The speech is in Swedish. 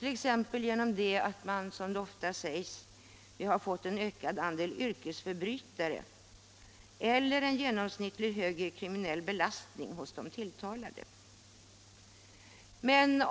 t.ex. genom att vi har fått en ökad andel yrkesförbrytare eller en genomsnittligt högre kriminell belastning hos de tilltalade.